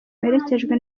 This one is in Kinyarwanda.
baherekejwe